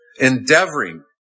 endeavoring